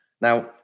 Now